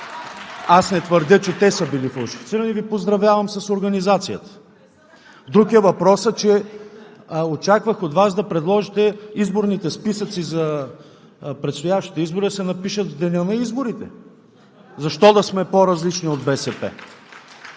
Аз не твърдя, че те са били фалшифицирани и Ви поздравявам с организацията. Друг е въпросът, че очаквах от Вас да предложите изборните списъци за предстоящите избори да се напишат в деня на изборите… Защо да сме по-различни от БСП?